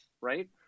right